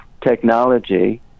technology